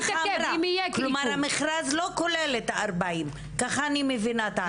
כלומר המכרז לא כולל את ה-40, כך אני מבינה.